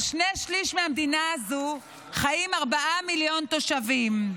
על שני שלישים מהמדינה הזו חיים ארבעה מיליון תושבים.